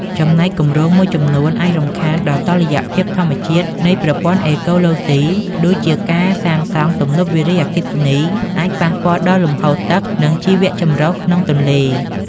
ចំណែកគម្រោងមួយចំនួនអាចរំខានដល់តុល្យភាពធម្មជាតិនៃប្រព័ន្ធអេកូឡូស៊ី ដូចជាការសាងសង់ទំនប់វារីអគ្គិសនីអាចប៉ះពាល់ដល់លំហូរទឹក និងជីវចម្រុះក្នុងទន្លេ។